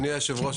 אדוני היושב ראש,